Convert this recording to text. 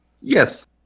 Yes